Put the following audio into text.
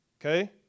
okay